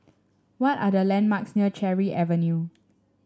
what are the landmarks near Cherry Avenue